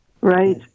Right